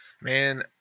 Man